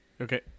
Okay